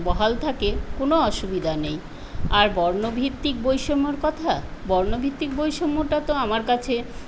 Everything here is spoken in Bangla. বহাল থাকে কোনো অসুবিধা নেই আর বর্ণভিত্তিক বৈষম্যর কথা বর্ণভিত্তিক বৈষম্যটা তো আমার কাছে